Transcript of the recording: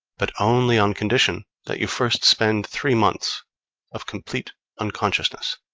but only on condition that you first spend three months of complete unconsciousness.